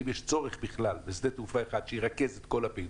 האם יש צורך בכלל בשדה תעופה אחד שירכז את כל הפעילות,